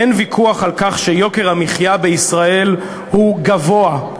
אין ויכוח על כך שיוקר המחיה בישראל הוא גבוה.